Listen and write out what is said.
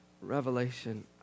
Revelation